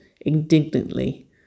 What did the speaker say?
indignantly